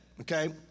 okay